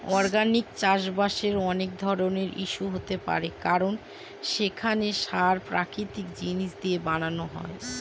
organic চাষবাসের অনেক ধরনের ইস্যু হতে পারে কারণ সেখানে সার প্রাকৃতিক জিনিস দিয়ে বানানো হয়